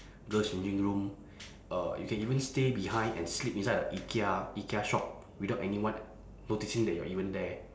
girls changing room uh you can even stay behind and sleep inside uh ikea ikea shop without anyone noticing that you're even there